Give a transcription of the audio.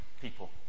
people